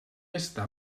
està